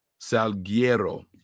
Salguero